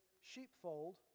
sheepfold